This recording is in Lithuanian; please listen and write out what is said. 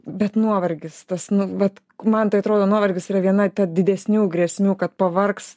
bet nuovargis tas nu vat man tai atrodo nuovargis yra viena ta didesnių grėsmių kad pavargs